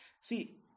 see